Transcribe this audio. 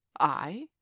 I